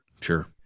Sure